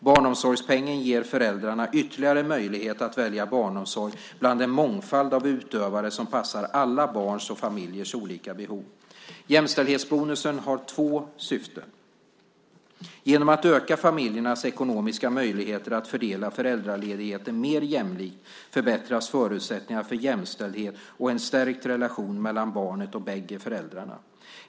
Barnomsorgspengen ger föräldrarna ytterligare möjligheter att välja barnomsorg bland en mångfald av utövare som passar alla barns och familjers olika behov. Jämställdhetsbonusen har två syften. Genom att öka familjernas ekonomiska möjligheter att fördela föräldraledigheten mer jämlikt förbättras förutsättningarna för jämställdhet och en stärkt relation mellan barnet och bägge föräldrarna.